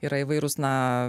yra įvairūs na